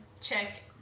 check